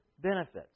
benefits